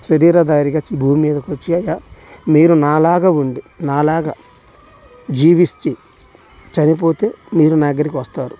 శరీర ధారిగా భూమ్మీద కొచ్చి మీరు నాలాగా ఉండి మీరు నాలాగా జీవిచ్చి చనిపోతే మీరు నా దగ్గరికి వస్తారు